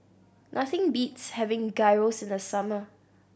nothing beats having Gyros in the summer